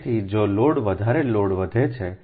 તેથી જો લોડ વધારો લોડ વધે છે